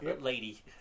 lady